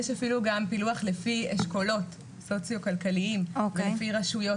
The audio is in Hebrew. יש אפילו גם פילוח לפי אשכולות סוציו-כלכליים ולפי רשויות